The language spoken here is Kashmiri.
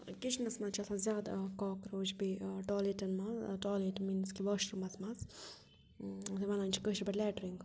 کِچنَس مَنٛز چھِ آسان زیادٕ اکھ کاکروچ بیٚیہِ ٹالیٹَن مَنٛز ٹایلیٹ میٖنٕز کہِ واشروٗمَس مَنٛز وَنان چھِ کٲشِر پٲٹھۍ لیٹرِنٛگ